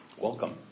welcome